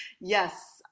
Yes